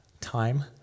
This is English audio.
time